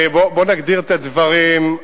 בוא נגדיר את הדברים.